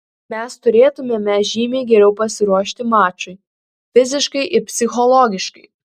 mes turėtumėme žymiai geriau pasiruošti mačui fiziškai ir psichologiškai